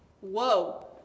Whoa